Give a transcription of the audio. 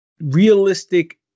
realistic